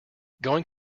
going